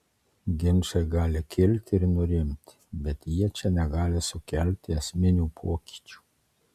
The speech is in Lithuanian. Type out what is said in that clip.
ginčai gali kilti ir nurimti bet jie čia negali sukelti esminių pokyčių